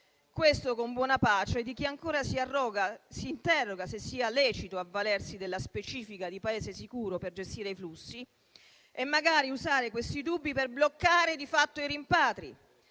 Questo con buona pace di chi ancora si interroga se sia lecito avvalersi della specifica di "Paese sicuro" per gestire i flussi e magari usare questi dubbi per bloccare, di fatto, i rimpatri,